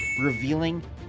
revealing